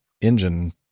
engine